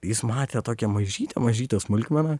jis matė tokią mažytę mažytę smulkmeną